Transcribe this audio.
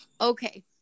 Okay